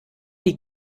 die